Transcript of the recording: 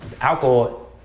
alcohol